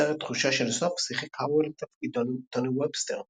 בסרט "תחושה של סוף" שיחק האוול בתפקיד טוני ובסטר.